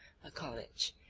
a college,